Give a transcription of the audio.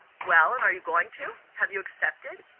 well and are you going to? have you accepted?